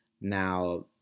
now